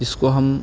جس کو ہم